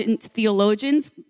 theologians